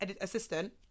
assistant